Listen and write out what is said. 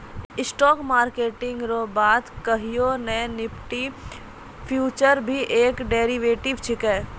stock market रो बात कहियो ते निफ्टी फ्यूचर भी एक डेरीवेटिव छिकै